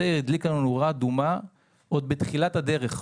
זה הדליק לנו נורה אדומה עוד בתחילת הדרך,